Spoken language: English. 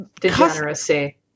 Degeneracy